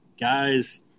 guys